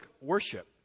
worship